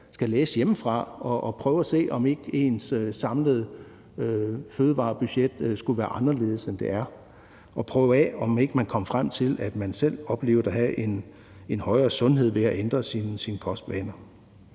skal læse hjemmefra og prøve at se, om ikke ens samlede fødevarebudget skulle være anderledes, end det er – og prøve af, om ikke man kunne komme frem til, at man selv oplevede at få en bedre sundhed ved at ændre sine kostvaner.